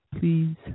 Please